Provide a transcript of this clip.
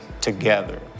together